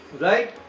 Right